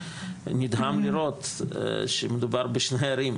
ונדהם לראות שמדובר בשתי ערים,